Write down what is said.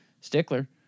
Stickler